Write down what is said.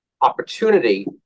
opportunity